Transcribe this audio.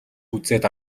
үзээд